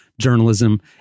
journalism